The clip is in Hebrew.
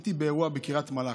הייתי באירוע בקריית מלאכי,